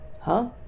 Huh